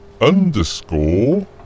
underscore